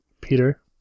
Peter